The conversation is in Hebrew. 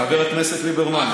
חבר הכנסת ליברמן,